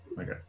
Okay